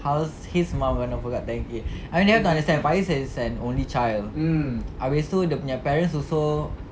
how his mum gonna fork out ten K I mean you have to understand faiz is an only child habis tu dia nya parents also